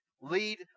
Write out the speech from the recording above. lead